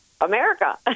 America